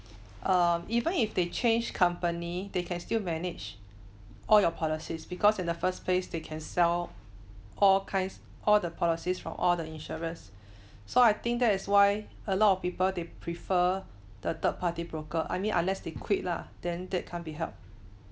um even if they change company they can still manage all your policies because in the first place they can sell all kinds all the policies from all the insurers so I think that is why a lot of people they prefer the third party broker I mean unless they quit lah then that can't be helped